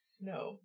No